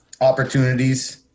opportunities